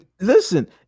Listen